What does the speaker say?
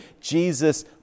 Jesus